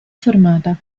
formata